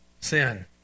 sin